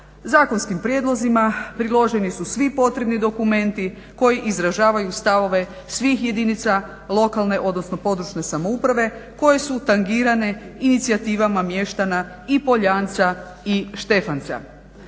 Zakonskim prijedlozima priloženi su svi potrebni dokumenti koji izražavaju stavove svih jedinica lokalne odnosno područne samouprave koji su tangirane inicijativama mještana i Poljanca i Štefanca.